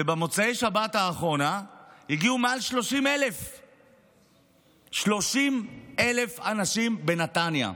ובמוצאי שבת האחרונה הגיעו מעל 30,000. 30,000 אנשים בנתניה.